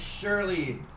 surely